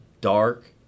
dark